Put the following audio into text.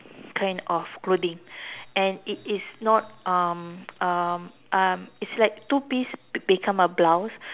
kind of clothing and it is not um um um it's like two piece become a blouse